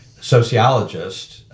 sociologist